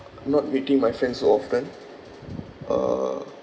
not meeting my friends so often uh